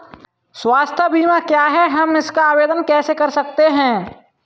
स्वास्थ्य बीमा क्या है हम इसका आवेदन कैसे कर सकते हैं?